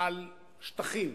על שטחים?